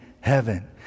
heaven